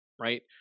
right